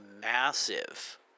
massive